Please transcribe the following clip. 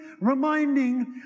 reminding